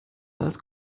als